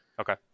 Okay